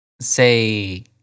Say